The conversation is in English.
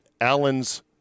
Allen's